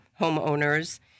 homeowners